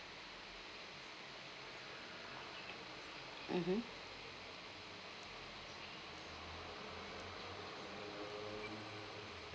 mmhmm